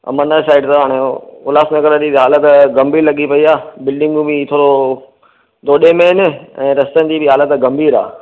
Ambernath side अथव हाणे उहो उल्हासनगर जी हालति गंभीर लॻी पेई आहे बिल्डिंगू बि थोरो में हिन ऐं रस्तनि जी बि हालति गंभीर आहे